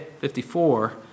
54